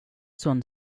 sån